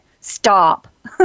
Stop